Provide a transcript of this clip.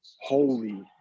holy